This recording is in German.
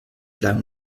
lange